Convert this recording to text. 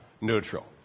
neutral